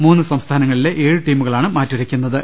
മൂന്ന് സംസ്ഥാനങ്ങളിലെ ഏഴ് ടീമുകളാണ് മാറ്റുരയ്ക്കു ന്നത്